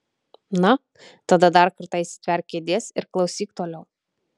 na tada dar kartą įsitverk kėdės ir klausyk toliau